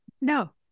No